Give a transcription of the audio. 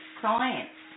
science